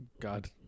god